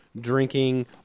Drinking